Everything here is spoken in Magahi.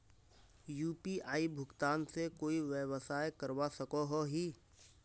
यु.पी.आई भुगतान से कोई व्यवसाय करवा सकोहो ही?